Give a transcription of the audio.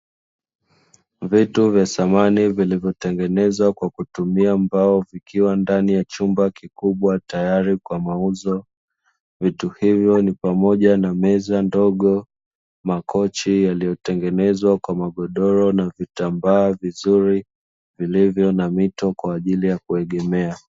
Vitu vya samani vilivyotengenezwa kwa kutumia mbao vikiwa ndani ya chumba kikubwa tayari kwa mauzo. Vitu hivyo ni pamoja na meza ndogo, makochi yaliyotengenezwa kwa magodoro na vitambaa vizuri, vilivyo na mito kwa ajili ya kuegemea.